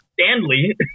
Stanley